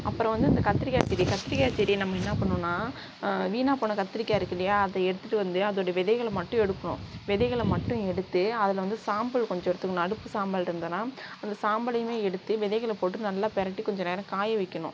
அப்புறம் வந்து இந்த கத்திரிக்காய் செடி கத்திரிக்காய் செடியை நம்ம என்ன பண்ணணுன்னா வீணாக போன கத்திரிக்காய் இருக்குது இல்லையா அதை எடுத்துகிட்டு வந்து அதோடைய வெதைகளை மட்டும் எடுக்கணும் வெதைகளை மட்டும் எடுத்து அதில் வந்து சாம்பல் கொஞ்சம் எடுத்துக்கணும் அடுப்பு சாம்பல் இருந்ததுனா அந்த சாம்பலையுமே எடுத்து வெதைகளை போட்டு நல்லா பிரட்டி கொஞ்சம் நேரம் காய வைக்கணும்